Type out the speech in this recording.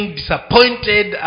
disappointed